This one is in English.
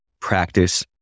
practice